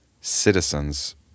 citizens